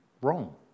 wrong